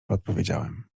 odpowiedziałem